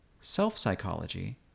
Self-psychology